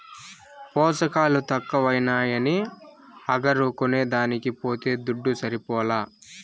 పోసకాలు తక్కువైనాయని అగరు కొనేదానికి పోతే దుడ్డు సరిపోలా